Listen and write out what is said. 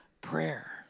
prayer